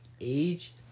age